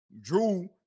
Drew